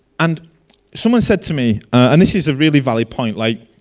and someone said to me and this is a really valid point like.